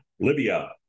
Libya